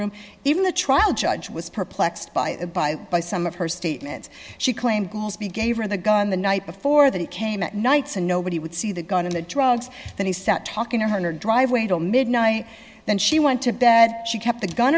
room even the trial judge was perplexed by by by some of her statements she claimed to be gave her the gun the night before that it came at nights and nobody would see the gun in the drugs that he sat talking to her driveway till midnight then she went to bed she kept the gun